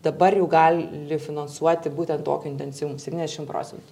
dabar jau gali finansuoti būtent tokiu intensyvumu septyniasdešim procentų